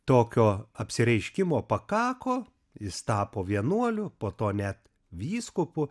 tokio apsireiškimo pakako jis tapo vienuoliu po to net vyskupu